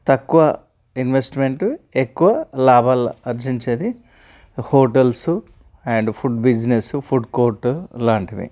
తక్కువ ఇన్వెస్ట్మెంట్ ఎక్కువ లాభాలు ఆర్జించేది hotels and food business food court లాంటివి